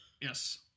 Yes